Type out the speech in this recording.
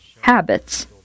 habits